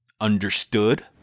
Understood